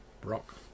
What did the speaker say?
brock